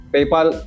Paypal